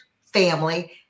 family